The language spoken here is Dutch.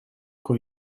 kon